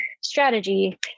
strategy